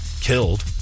killed